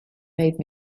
made